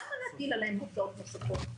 למה להטיל עליהם הוצאות נוספות?